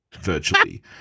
virtually